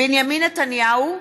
בנימין נתניהו,